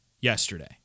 yesterday